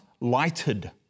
lighted